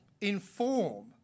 inform